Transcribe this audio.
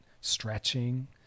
Stretching